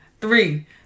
three